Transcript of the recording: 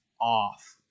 off